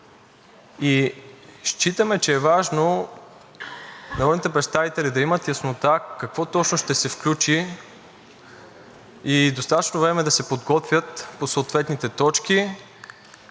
Считаме, че е важно народните представители да имат яснота какво точно ще се включи и достатъчно време да се подготвят по съответните точки,